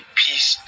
peace